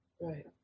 Right